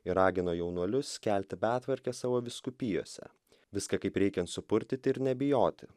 ir ragino jaunuolius kelti betvarkę savo vyskupijose viską kaip reikiant supurtyti ir nebijoti